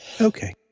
Okay